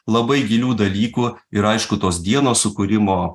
labai gilių dalykų ir aišku tos dienos sukūrimo